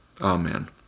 Amen